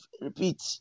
repeat